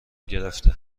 گرفته